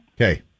Okay